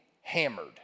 hammered